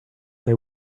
they